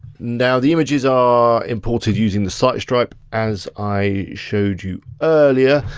now the images are imported using the site stripe, as i showed you earlier.